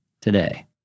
today